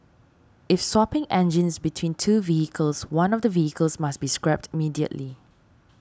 if swapping engines between two vehicles one of the vehicles must be scrapped immediately